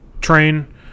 train